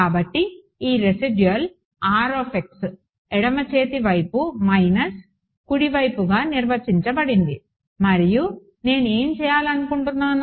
కాబట్టి ఈ residual R ఎడమ చేతి వైపు మైనస్ కుడి వైపుగా నిర్వచించబడింది మరియు నేను ఏమి చేయాలనుకుంటున్నాను